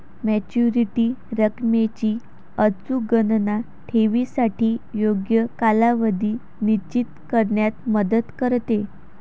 maturity रकमेची अचूक गणना ठेवीसाठी योग्य कालावधी निश्चित करण्यात मदत करते